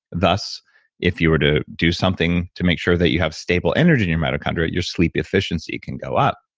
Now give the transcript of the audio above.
thus if you were to do something to make sure that you have stable energy in your mitochondria, your sleep efficiency can go up.